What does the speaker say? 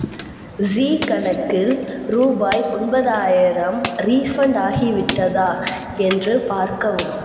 ஜீ கணக்கில் ரூபாய் ஒன்பதாயிரம் ரீஃபண்ட் ஆகிவிட்டதா என்று பார்க்கவும்